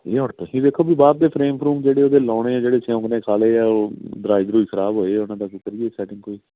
ਇਹ ਹੁਣ ਤੁਸੀਂ ਵੇਖੋ ਵੀ ਬਾਹਰ ਦੇ ਫਰੇਮ ਫਰੂਮ ਜਿਹੜੇ ਉਹਦੇ ਲਗਾਓਣੇ ਹੈ ਜਿਹੜੇ ਸਿਊਂਕ ਨੇ ਖਾ ਲਏ ਹੈ ਉਹ ਦਰਾਜ ਦਰੂਜ ਖ਼ਰਾਬ ਹੋਏ ਹੈ ਉਹਨਾ ਦਾ ਕੀ ਕਰੀਏ ਸੈਟਿੰਗ ਕੋਈ